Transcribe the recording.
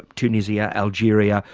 tunisia, algeria,